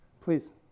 Please